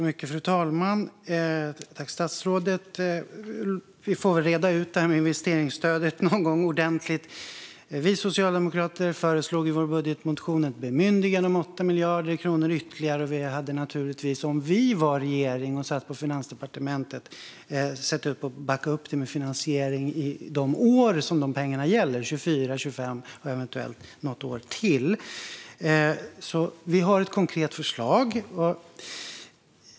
Fru talman! Vi får väl reda ut detta med investeringsstödet ordentligt någon gång. Vi socialdemokrater föreslog i vår budgetmotion ett bemyndigande om ytterligare 8 miljarder. Om vi var regering och satt i Finansdepartementet hade vi givetvis backat upp det med finansiering i de år som det gäller, 2024-2025 och eventuellt något år till. Vi har alltså ett konkret förslag.